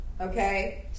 Okay